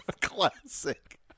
classic